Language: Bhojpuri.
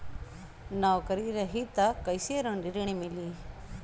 नौकरी रही त कैसे ऋण मिली?